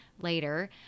later